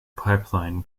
pipeline